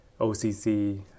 OCC